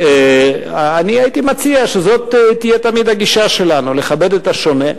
ואני הייתי מציע שזאת תמיד תהיה הגישה שלנו: לכבד את השונה,